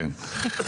כן.